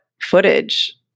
footage